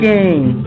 Game